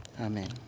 Amen